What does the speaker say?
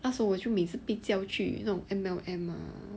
那时我就每次被叫去那种 M_L_M ah